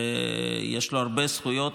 ויש לו הרבה זכויות